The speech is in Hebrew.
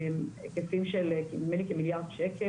היקפים של כמיליארד שקל,